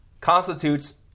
constitutes